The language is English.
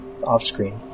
off-screen